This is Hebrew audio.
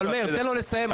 מאיר, תן לו לסיים.